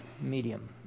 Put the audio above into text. medium